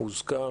זה הוזכר.